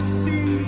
see